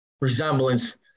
resemblance